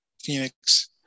Phoenix